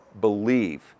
believe